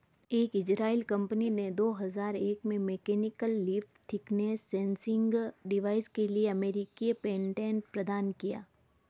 एक Israeli company ने दो हजार एक में mechanical leaf thickness sensing device के लिए अमेरिकी पेटेंट प्रदान किया